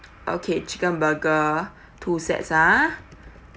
okay chicken burger two sets ha